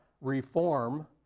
reform